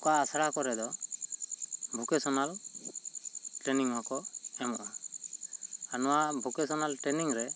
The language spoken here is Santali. ᱚᱠᱟ ᱟᱥᱟᱲᱟ ᱠᱚᱨᱮ ᱫᱚ ᱵᱷᱚᱠᱮᱥᱚᱱᱟᱞ ᱴᱨᱮᱱᱤᱝ ᱦᱚᱸ ᱠᱚ ᱮᱢᱚᱜᱼᱟ ᱱᱚᱣᱟ ᱵᱷᱚᱠᱮᱥᱚᱱᱟᱞ ᱴᱨᱮᱱᱤᱝ ᱨᱮ